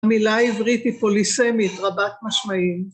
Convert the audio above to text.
המילה העברית היא פוליסמית, רבת משמעים.